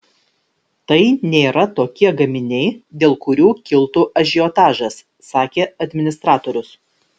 tai nėra tokie gaminiai dėl kurių kiltų ažiotažas sakė administratorius